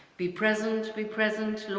be present, be present,